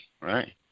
right